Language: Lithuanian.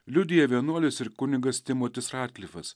liudija vienuolis ir kunigas timotis ratklifas